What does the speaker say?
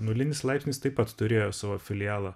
nulinis laipsnis taip pat turėjo savo filialą